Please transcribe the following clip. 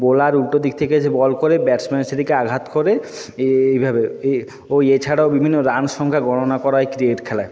bowler উল্টো দিক থেকে এসে বল করে ব্যাটসম্যান সেটিকে আঘাত করে এইভাবে এ ওই এছাড়াও বিভিন্ন রান সংখ্যা গণনা করা হয় ক্রিকেট খেলায়